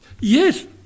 yes